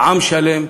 זה עם שלם,